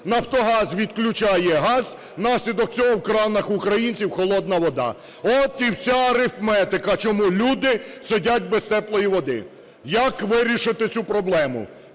"Нафтогаз" відключає газ, внаслідок цього в кранах українців холодна вода. От і вся арифметика, чому люди сидять без теплої води. Як вирішити цю проблему?